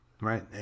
Right